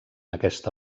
aquesta